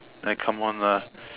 like come on lah